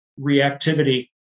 reactivity